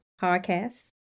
podcast